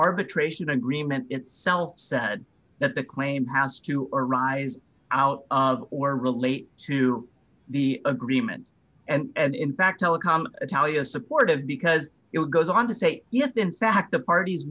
arbitration agreement itself said that the claim has to arise out of or relate to the agreements and in fact telecom italia supportive because it goes on to say yes in fact the parties